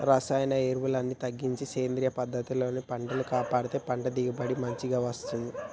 రసాయన ఎరువుల్ని తగ్గించి సేంద్రియ పద్ధతుల్లో పంటను కాపాడితే పంట దిగుబడి మంచిగ వస్తంది